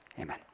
Amen